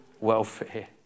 welfare